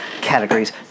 categories